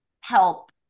help